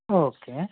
okay